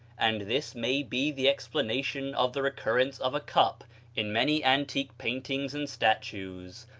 and this may be the explanation of the recurrence of a cup in many antique paintings and statues.